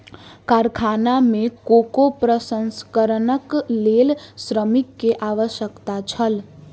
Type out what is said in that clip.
कारखाना में कोको प्रसंस्करणक लेल श्रमिक के आवश्यकता छल